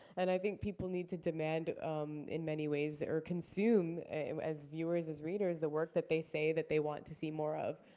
and i think people need to demand um in many ways or consume as viewers, as readers the work that they say that they want to see more of,